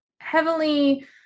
heavily